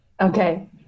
Okay